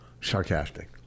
sarcastic